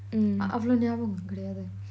அவ்ளோ நியாபகம் கெடையாது:avlo neyabagam kedaiyathu